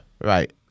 Right